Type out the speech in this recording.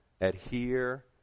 adhere